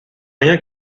rien